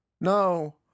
No